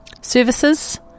services